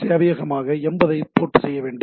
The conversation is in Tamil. சேவையகமாக 80 ஐ போர்ட் செய்ய வேண்டும்